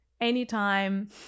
Anytime